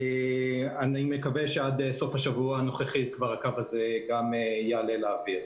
אני מקווה שעד סוף השבוע הנוכחי גם הקו הזה יעלה לאוויר.